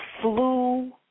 flew